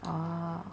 ah